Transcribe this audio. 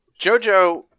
Jojo